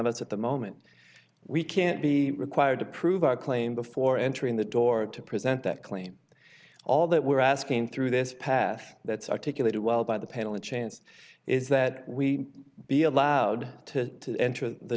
of us at the moment we can't be required to prove our claim before entering the door to present that claim all that we're asking through this path that's articulated well by the panel a chance is that we be allowed to enter the